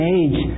age